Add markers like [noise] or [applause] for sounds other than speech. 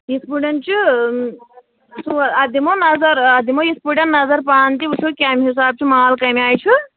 یِتھ پٲٹھۍ چھِ [unintelligible] اَتھ دِمہو نَظر اَتھ دِمو یِتھ پٲٹھۍ نظر پانہٕ تہِ وٕچھو کَمہِ حِسابہٕ چھُ مال کَمہِ آیہِ چھُ